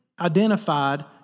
identified